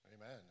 Amen